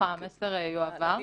המסר יועבר.